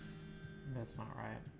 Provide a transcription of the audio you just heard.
mesmerizing